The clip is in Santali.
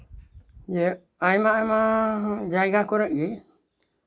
ᱡᱮ ᱟᱭᱢᱟ ᱟᱭᱢᱟ ᱡᱟᱭᱜᱟ ᱠᱚᱨᱮᱜ ᱜᱮ